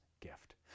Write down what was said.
gift